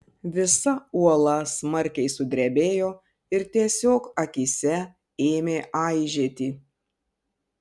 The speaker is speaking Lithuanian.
visa uola smarkiai sudrebėjo ir tiesiog akyse ėmė aižėti